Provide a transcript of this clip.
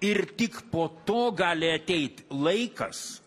ir tik po to gali ateit laikas